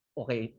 okay